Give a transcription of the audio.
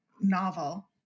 novel